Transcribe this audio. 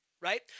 right